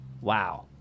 Wow